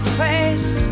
face